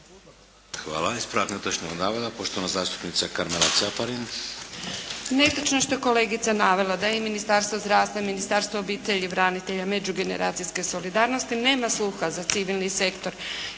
Hvala. Ispravak netočnog navoda, poštovana zastupnica Karmela Caparin.